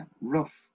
rough